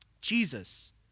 Jesus